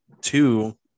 Two